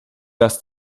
dass